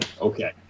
Okay